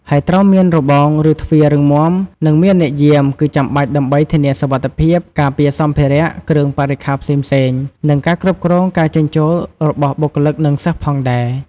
ហើយត្រូវមានរបង ឬទ្វាររឹងមាំ និងមានអ្នកយាម គឺចាំបាច់ដើម្បីធានាសុវត្ថិភាព ការពារសម្ភារៈ គ្រឿងបរិក្ខារផ្សេងៗ និងការគ្រប់គ្រងការចេញចូលរបស់បុគ្គលនិងសិស្សផងដែរ។